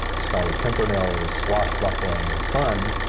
scarlet pimpernel is swashbuckling fun.